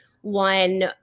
one –